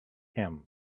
him